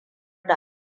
da